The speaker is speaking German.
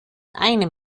einem